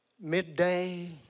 midday